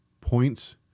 points